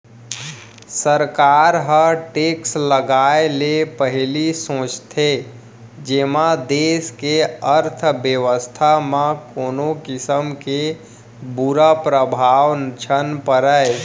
सरकार ह टेक्स लगाए ले पहिली सोचथे जेमा देस के अर्थबेवस्था म कोनो किसम के बुरा परभाव झन परय